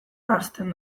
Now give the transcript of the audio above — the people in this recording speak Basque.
ahazten